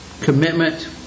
commitment